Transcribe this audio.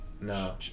No